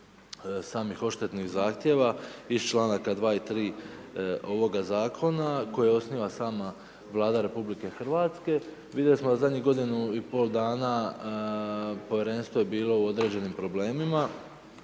samih odštetnih zahtjeva iz članaka 2. i 3. ovoga Zakona, koje osniva sama Vlada Republike Hrvatske, vidjeli smo u zadnjih godinu i pol dana, Povjerenstvo je bilo u određenim problemima,